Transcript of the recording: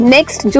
Next